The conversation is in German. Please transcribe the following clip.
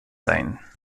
sein